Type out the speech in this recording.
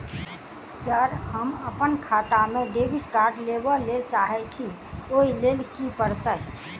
Sir हम अप्पन खाता मे डेबिट कार्ड लेबलेल चाहे छी ओई लेल की परतै?